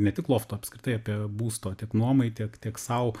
ne tik loftų apskritai apie būsto nuomai tiek tiek sau